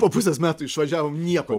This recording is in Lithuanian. po pusės metų išvažiavom nieko